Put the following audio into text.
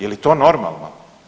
Je li to normalno?